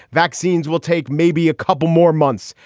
vaccines will take maybe a couple more months.